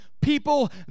People